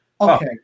Okay